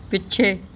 ਪਿੱਛੇ